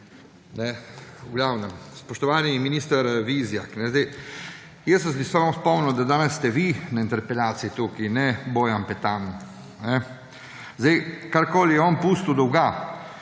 V glavnem, spoštovani minister Vizjak, jaz bi vas samo spomnil, da danes ste vi na interpelaciji tukaj, ne Bojan Petan. Karkoli je on pustil dolga